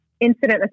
incident